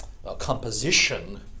composition